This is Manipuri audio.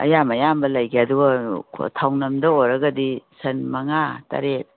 ꯑꯌꯥꯝ ꯑꯌꯥꯝꯕ ꯂꯩꯒꯦ ꯑꯗꯨꯒ ꯊꯧꯅꯃꯗ ꯑꯣꯏꯔꯒꯗꯤ ꯁꯟ ꯃꯉꯥ ꯇꯔꯦꯠ